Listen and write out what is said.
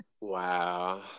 Wow